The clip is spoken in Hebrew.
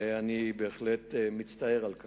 כמובן, ואני בהחלט מצטער על כך.